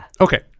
Okay